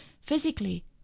physically